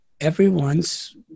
everyone's